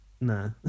nah